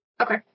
Okay